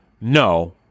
No